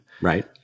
Right